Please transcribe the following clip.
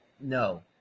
No